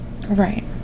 right